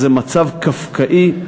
זה מצב קפקאי,